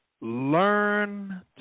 learn